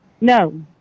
No